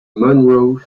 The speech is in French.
monroe